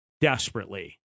desperately